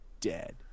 dead